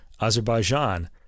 Azerbaijan